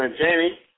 Jamie